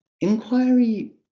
inquiry